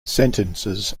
sentences